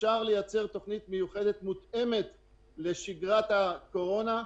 אפשר לייצר תוכנית מיוחדת מותאמת לשגרת הקורונה.